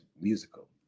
musical